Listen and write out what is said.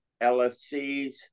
LFCs